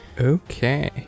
Okay